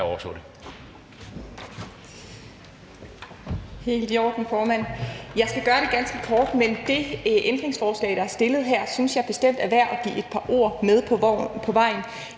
Jeg skal gøre det ganske kort, men det ændringsforslag, der er stillet her, synes jeg bestemt er værd at give et par ord med på vejen.